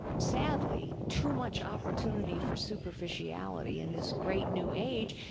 sadly too much opportunity for superficiality in this great new age,